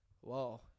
whoa